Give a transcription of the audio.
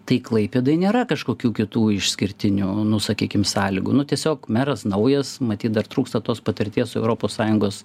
tai klaipėdai nėra kažkokių kitų išskirtinių nu sakykim sąlygų nu tiesiog meras naujas matyt dar trūksta tos patirties europos sąjungos